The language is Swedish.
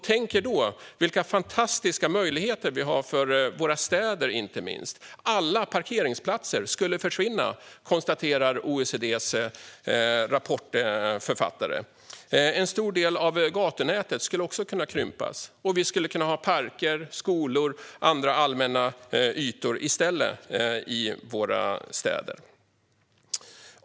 Tänk er vilka fantastiska möjligheter vi då skulle ha för inte minst våra städer! Alla parkeringsplatser skulle försvinna, konstaterar OECD:s rapportförfattare. En stor del av gatunätet skulle kunna krympas, och vi skulle i stället kunna ha parker, skolor och andra allmänna ytor i våra städer.